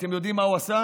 אתם יודעים מה הוא עשה?